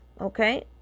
okay